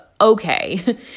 okay